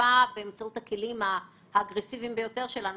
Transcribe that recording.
אכיפה באמצעות הכלים האגרסיביים ביותר שלנו,